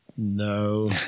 No